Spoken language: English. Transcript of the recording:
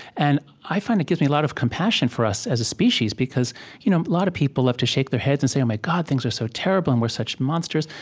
and i find it gives me a lot of compassion for us as a species, because a you know lot of people love to shake their heads and say, oh, my god, things are so terrible, and we're such monsters.